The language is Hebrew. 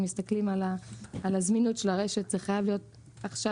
אם מסתכלים על הזמינות של הרשת חייב להיות אגרו-וולטאי עכשיו,